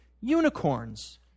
unicorns